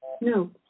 No